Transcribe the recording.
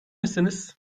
misiniz